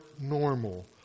normal